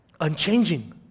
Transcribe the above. unchanging